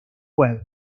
web